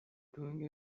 doing